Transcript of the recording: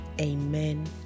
Amen